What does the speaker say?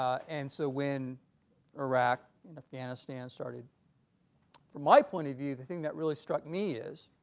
um and so when iraq and afghanistan started from my point of view the thing that really struck me is